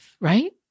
right